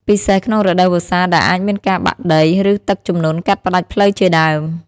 ពិសេសក្នុងរដូវវស្សាដែលអាចមានការបាក់ដី ឬទឹកជំនន់កាត់ផ្ដាច់ផ្លូវជាដើម។